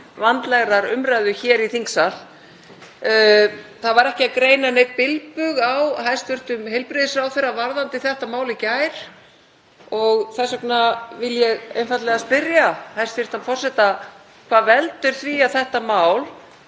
vandlegrar umræðu hér í þingsal. Það var ekki að greina neinn bilbug á hæstv. heilbrigðisráðherra varðandi þetta mál í gær og þess vegna vil ég spyrja hæstv. forseta: Hvað veldur því að þetta mál,